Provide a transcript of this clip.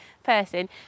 person